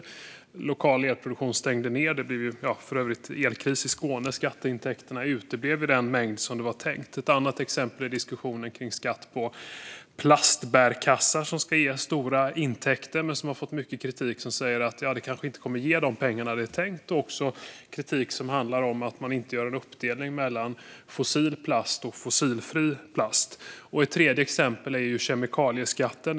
Men lokal elproduktion stängde ned, det blev elkris i Skåne och skatteintäkterna i den mängd det var tänkt uteblev. Ett annat exempel är skatten på plastbärkassar, som ska ge stora intäkter men som har fått mycket kritik för att det kanske inte kommer att ge de pengar det är tänkt. Kritiken handlar också om att man inte gör en uppdelning mellan fossil plast och fossilfri plast. Ett tredje exempel är kemikalieskatten.